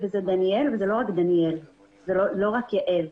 זה דניאל וזה לא רק דניאל, לא רק יעל,